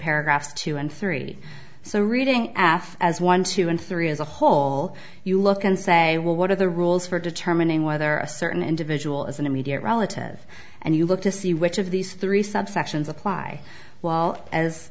paragraphs two and three so reading af as one two and three as a whole you look and say well what are the rules for determining whether a certain individual is an immediate relative and you look to see which of these three subsections apply while as